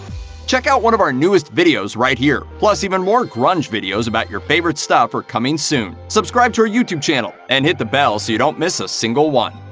check out one of our newest videos right here! plus, even more grunge videos about your favorite stuff are coming soon. subscribe to our youtube channel and hit the bell so you don't miss a single one.